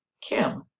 Kim